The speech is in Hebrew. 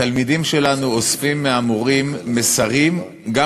התלמידים שלנו אוספים מהמורים מסרים גם